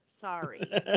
Sorry